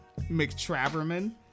McTraverman